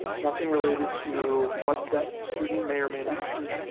nothing related to what that student may or may not need.